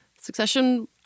Succession